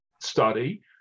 study